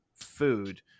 food